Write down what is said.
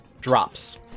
drops